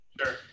Sure